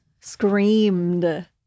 screamed